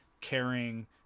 caring